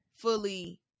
fully